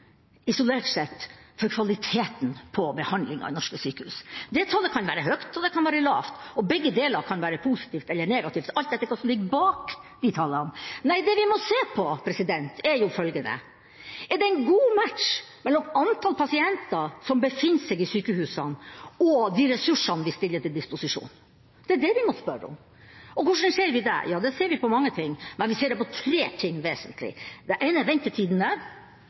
isolert sett for kvaliteten på behandlinga i norske sykehus. Det tallet kan være høyt, og det kan være lavt. Og begge deler kan være positivt eller negativt – alt etter hva som ligger bak de tallene. Det vi må se på, er følgende: Er det en god match mellom antall pasienter som befinner seg i sykehusene, og de ressursene vi stiller til disposisjon? Det er det vi må spørre om. Og hvordan ser vi det? Det ser vi på mange ting, men vi ser det vesentlig på tre ting. Det ene er ventetidene – reelle ventetider i hele pasientforløpet. Det andre er